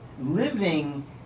living